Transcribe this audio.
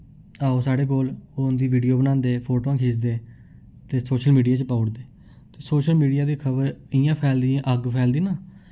आओ साढ़े कोह्ल ओ उं'दी वीडियो बनांदे फोटोआं खिचदे ते सोशल मीडिया च पाई ओड़दे ते सोशल मीडिया दी खबर इ'यां फैलदी जि'यां अग्ग फैलदी ना